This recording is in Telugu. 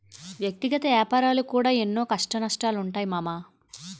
వ్యక్తిగత ఏపారాలకు కూడా ఎన్నో కష్టనష్టాలుంటయ్ మామా